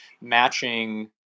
matching